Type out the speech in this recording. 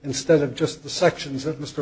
instead of just the sections of mr